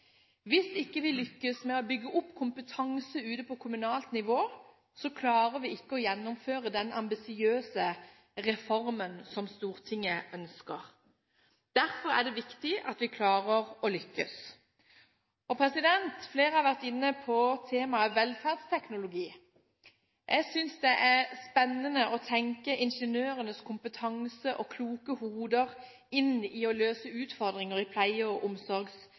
Hvis vi ikke lykkes med å bygge opp kompetanse på kommunalt nivå, klarer vi ikke å gjennomføre den ambisiøse reformen som Stortinget ønsker. Derfor er det viktig at vi lykkes. Flere har vært inne på temaet «velferdsteknologi». Jeg synes det er spennende å tenke ingeniørenes kompetanse og kloke hoder inn i det å løse utfordringer i pleie- og